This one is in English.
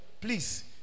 Please